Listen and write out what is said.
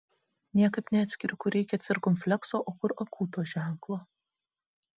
niekaip neatskiriu kur reikia cirkumflekso o kur akūto ženklo